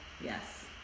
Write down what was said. yes